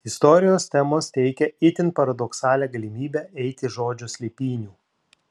istorijos temos teikė itin paradoksalią galimybę eiti žodžio slėpynių